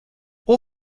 all